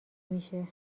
میشه